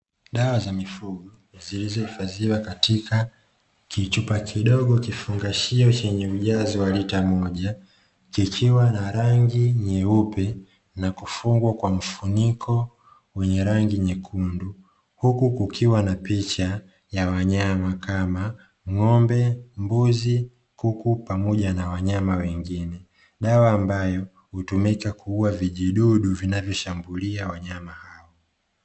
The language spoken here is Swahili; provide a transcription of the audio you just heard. Dawa za mifugo katika kichupa kidogo, kifungashio chenye ujazo wa lita moja ikiwa nyeupe na kufungwa kwa mfuniko mwenye rangi nyekundu, ukiwa na picha ya wanyama kama ng'ombe, kuku pamoja na wanyama wengine, dawa ambayo hutumika kuua vijidudu vinavyoshambulia wanyama hao.